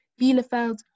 Bielefeld